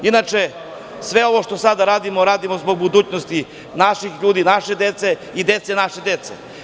Inače, sve ovo što sada radimo, radimo zbog budućnosti naših ljudi, naše dece i dece naše dece.